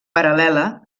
paral·lela